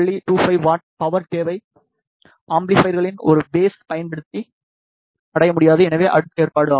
25 watt power தேவை அம்பிளிபைர்களின் ஒரு பேஸ் பயன்படுத்தி அடைய முடியாது எனவே அடுக்கு ஏற்பாடு ஆகும்